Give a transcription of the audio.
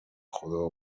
خدا